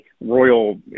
royal